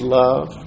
love